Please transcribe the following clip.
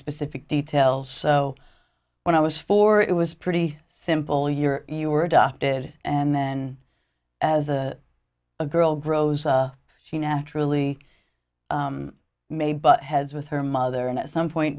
specific details so when i was four it was pretty simple you're you were adopted and then as a girl grows she naturally may butt heads with her mother and at some point